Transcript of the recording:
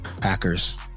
Packers